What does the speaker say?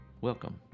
Welcome